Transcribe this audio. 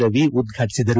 ರವಿ ಉದ್ಘಾಟಿಸಿದರು